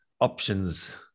options